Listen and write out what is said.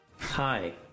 Hi